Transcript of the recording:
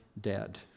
dead